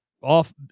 off